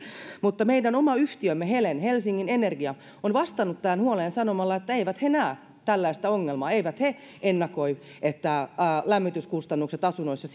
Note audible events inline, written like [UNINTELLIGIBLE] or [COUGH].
mutta meidän oma yhtiömme helen helsingin energia on vastannut tähän huoleen sanomalla että eivät he näe tällaista ongelmaa eivät he ennakoi että lämmityskustannukset asunnoissa [UNINTELLIGIBLE]